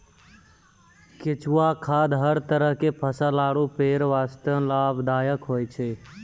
केंचुआ खाद हर तरह के फसल आरो पेड़ वास्तॅ लाभदायक होय छै